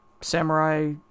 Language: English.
samurai